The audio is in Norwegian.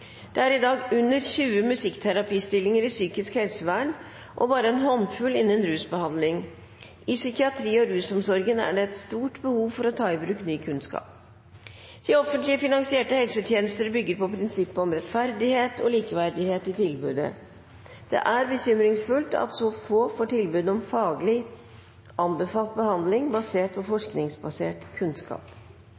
årene framover. I dag er det under 20 musikkterapistillinger i psykisk helsevern og bare en håndfull innen rusbehandling. I psykiatri- og rusomsorgen er det derfor et stort behov for å ta i bruk ny kunnskap. De offentlig finansierte helsetjenestene bygger på prinsippet om rettferdighet og likeverdighet i tilbudet. Det er bekymringsfullt at så få får tilbud om faglig anbefalt behandling basert på forskningsbasert kunnskap.